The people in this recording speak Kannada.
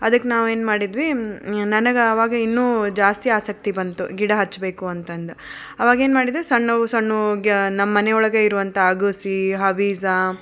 ಅದಕ್ಕೆ ನಾವು ಏನು ಮಾಡಿದ್ವಿ ನನಗೆ ಆವಾಗ ಇನ್ನೂ ಜಾಸ್ತಿ ಆಸಕ್ತಿ ಬಂತು ಗಿಡ ಹಚ್ಚಬೇಕು ಅಂತಂದು ಆವಾಗೇನು ಮಾಡಿದ್ವಿ ಸಣ್ಣವು ಸಣ್ಣವು ಗ್ಯಾ ನಮ್ಮ ಮನೆ ಒಳಗೆ ಇರುವಂಥ ಅಗುಸಿ ಹವಿಝ